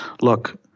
look